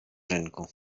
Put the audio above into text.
rynku